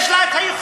יש לה יכולת.